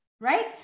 right